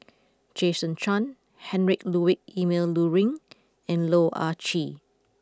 Jason Chan Heinrich Ludwig Emil Luering and Loh Ah Chee